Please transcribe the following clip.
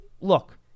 look